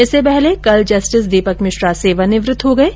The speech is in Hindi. इससे पहले कल जस्टिस दीपक मिश्रा सेवानिवृत्त हो गये